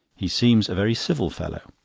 he seems a very civil fellow.